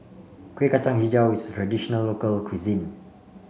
Kuih Kacang hijau is a traditional local cuisine